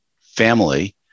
family